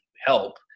help